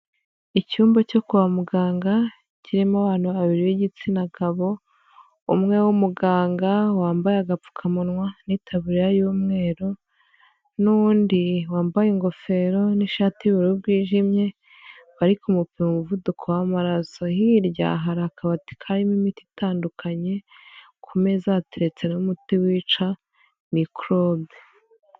Icyumba cyo kwa muganga, kirimo abana abiri b'igitsina gabo, umwe w'umuganga wambaye agapfukamunwa n'itaburiya y'umweru n'undi wambaye ingofero n'ishati y'ubururu bwijimye, bari kumupima umuvuduko w'amaraso, hirya hari akabati karimo imiti itandukanye, ku meza hateretse n'umuti wica mikorobe.